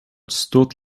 stood